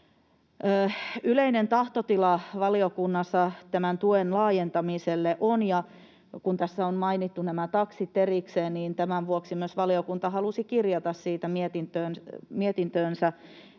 Yleinen tahtotila valiokunnassa tämän tuen laajentamiselle on, ja kun tässä on mainittu nämä taksit erikseen, niin tämän vuoksi myös valiokunta halusi kirjata mietintöönsä